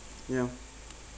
ya